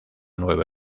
nueve